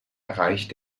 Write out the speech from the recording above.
erreicht